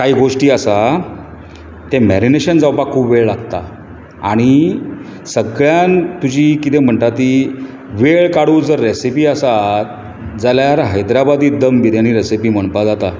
कांय गोश्टी आसा तें मॅरिनेशन जावपाक खूब वेळ लागता आनी सगळ्यांत तुजी कितें म्हणटात ती वेळ काडूंक जर रेसिपी आसा जाल्यार हायद्रबादी दम बिर्यांनी रेसिपी म्हणपाक जाता